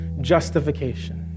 justification